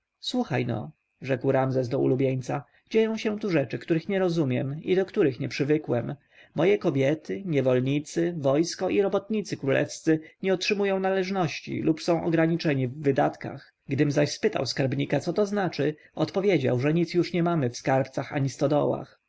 słuchaj-no rzekł ramzes do ulubieńca dzieją się tu rzeczy których nie rozumiem i do których nie przywykłem moje kobiety niewolnicy wojsko i robotnicy królewscy nie otrzymują należności lub są ograniczeni w wydatkach gdym zaś spytał skarbnika co to znaczy odpowiedział że nic już nie mamy w skarbcu ani stodołach